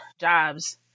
jobs